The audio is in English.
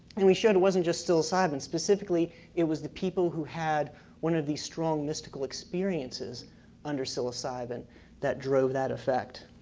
and we showed it wasn't just psilocybin, specifically it was the people who had one of the strong mystical experiences under psilocybin that drove that effect.